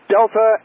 Delta